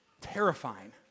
Terrifying